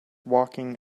walking